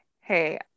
Hey